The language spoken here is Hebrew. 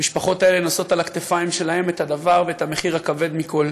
המשפחות האלה נושאות על הכתפיים שלהן את הדבר ואת המחיר הכבד מכול,